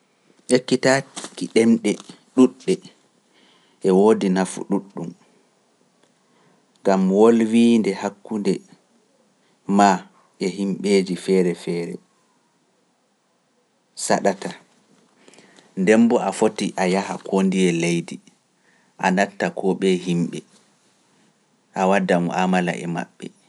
Ekkitaaki ɗemɗe ɗuuɗɗe e woodi nafu ɗuuɗɗum, ngam wolwiinde hakkunde maa e himɓeeji feere-feere saɗataa, nden boo a fotii a yaha koo ndiye leydi, a natta koo ɓeye yimɓe, a wadda mua'aamala e maɓɓe.